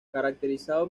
caracterizado